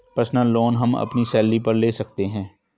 personal loan हम अपनी salary पर ले सकते है